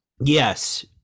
yes